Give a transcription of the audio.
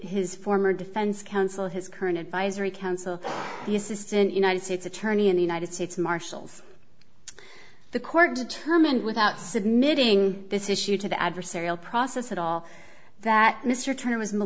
his former defense counsel his current advisory council the assistant united states attorney in the united states marshals the court determined without submitting this issue to the adversarial process at all that mr turn